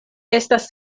estas